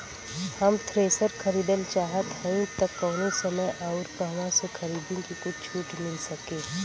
हम थ्रेसर खरीदल चाहत हइं त कवने समय अउर कहवा से खरीदी की कुछ छूट मिल सके?